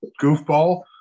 goofball